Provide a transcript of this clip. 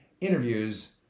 interviews